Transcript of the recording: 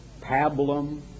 pablum